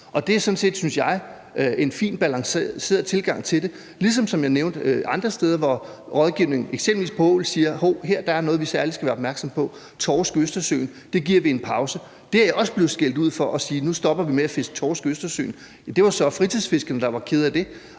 det er sådan set, synes jeg, en fin, balanceret tilgang til det ligesom, som jeg nævnte, andre steder, hvor rådgivning om eksempelvis ål siger, at her er noget, vi særlig skal være opmærksomme på, og torsk i Østersøen giver vi en pause. Jeg er også blevet skældt ud for at sige, at nu stopper vi med at fiske torsk i Østersøen. Det var så fritidsfiskerne, der var kede af det.